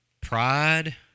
Pride